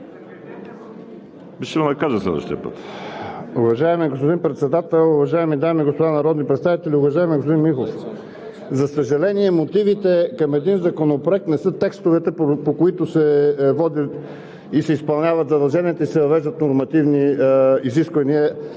(БСП за България): Уважаеми господин председател, уважаеми дами и господа народни представители! Уважаеми господин Михов, за съжаление, мотивите към един законопроект не са текстовете, по които сe водят и се изпълняват задълженията, и се въвеждат нормативни изисквания